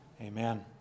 Amen